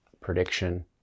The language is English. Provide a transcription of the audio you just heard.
prediction